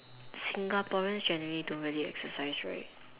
Singaporeans generally don't really exercise right